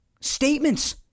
statements